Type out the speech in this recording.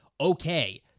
okay